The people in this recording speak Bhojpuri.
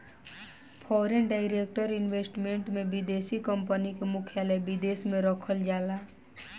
फॉरेन डायरेक्ट इन्वेस्टमेंट में विदेशी कंपनी के मुख्यालय विदेश में रखल जाला